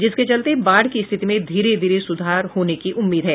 जिसके चलते बाढ़ की स्थिति में धीरे धीरे सुधार होने की उम्मीद है